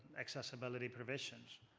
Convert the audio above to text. accessibility provisions.